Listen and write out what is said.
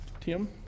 Tim